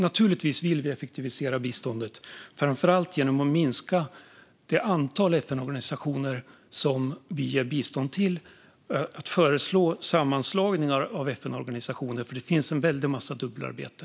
Naturligtvis vill vi effektivisera biståndet, framför allt genom att minska antalet FN-organisationer som vi ger bistånd till och föreslå sammanslagningar av FN-organisationer, för det förekommer en väldig massa dubbelarbete.